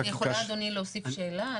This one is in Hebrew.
אז אני יכולה, אדוני, להוסיף שאלה?